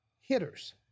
hitters